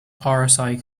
rsi